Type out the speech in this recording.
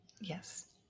Yes